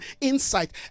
insight